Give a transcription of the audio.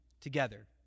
together